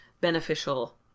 beneficial